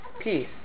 peace